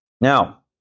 Now